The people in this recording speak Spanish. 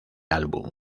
álbum